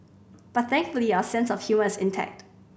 but thankfully our sense of humour is intact